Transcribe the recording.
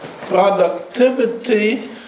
productivity